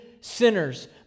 sinners